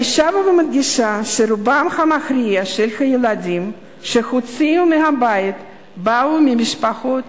אני שבה ומדגישה שרובם המכריע של הילדים שהוצאו מהבית באו ממשפחות